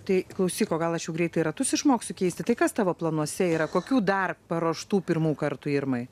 tai klausyk o gal aš jau greitai ir ratus išmoksiu keisti tai kas tavo planuose yra kokių dar paruoštų pirmų kartų irmai